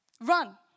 Run